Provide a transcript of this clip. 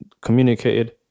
communicated